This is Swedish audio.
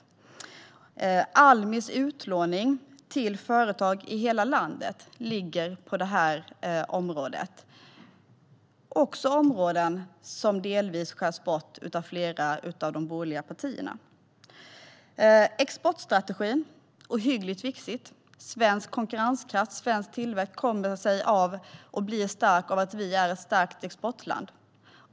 Även Almis utlåning till företag i hela landet ingår i området. Det är områden som delvis skärs bort av flera av de borgerliga partierna. Exportstrategin är ohyggligt viktig. Svensk konkurrenskraft och svensk tillväxt blir stark av att vi är ett starkt exportland.